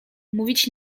mówić